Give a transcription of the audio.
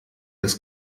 das